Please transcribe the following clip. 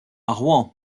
rouen